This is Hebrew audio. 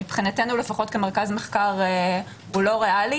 לפחות מבחינתנו כמרכז מחקר הוא לא ריאלי.